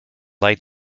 light